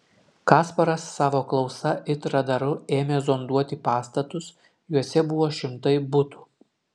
kasparas savo klausa it radaru ėmė zonduoti pastatus juose buvo šimtai butų